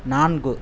நான்கு